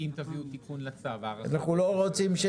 אם תביאו הארכה --- אנחנו לא רוצים לראות